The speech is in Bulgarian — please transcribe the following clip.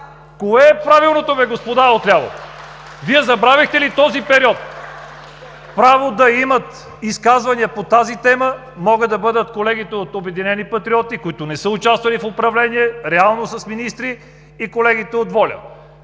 Кое е правилното, господа от ляво? Вие забравихте ли този период? (Ръкопляскания от ГЕРБ.) Право да имат изказвания по тази тема могат да бъдат колегите от „Обединени патриоти“, които не са участвали в управление реално с министри, и колегите от „Воля“,